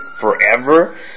forever